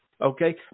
Okay